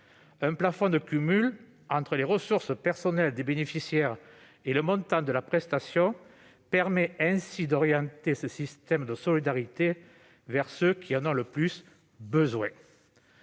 Un plafond de cumul entre les ressources personnelles des bénéficiaires et le montant de la prestation permet d'orienter ce système de solidarité vers ceux qui en ont le plus besoin.